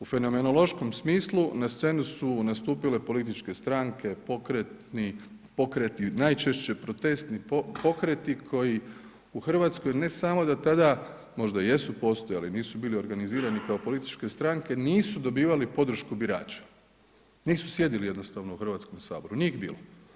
U fenomenološkom smislu na scenu su nastupile političke stranke, pokreti najčešći protestni pokreti koji u Hrvatskoj ne samo da tada, možda jesu postojali, nisu bili organizirani kao političke stranke, nisu dobivali podršku birača, nisu sjedili jednostavno u Hrvatskom saboru, nije ih bilo.